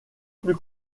plus